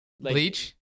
Bleach